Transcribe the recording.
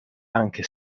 anche